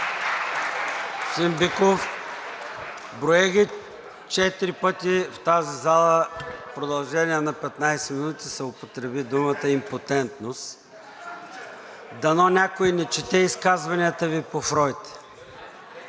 Биков, броя ги. Четири пъти в тази зала в продължение на 15 минути се употреби думата импотентност и дано някой не чете изказванията Ви по Фройд.